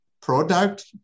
product